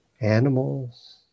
animals